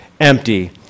empty